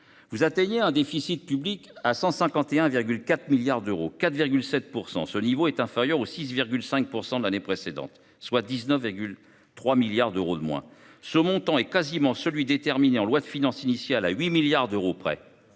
atteint avec vous 151,4 milliards d’euros, soit 4,7 %. Ce niveau est inférieur aux 6,5 % de l’année précédente, soit 19,3 milliards d’euros de moins. Ce montant est quasiment celui qui a été déterminé en loi de finances initiale, à 8 milliards d’euros près